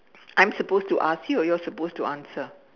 I'm supposed to ask you or you're supposed to answer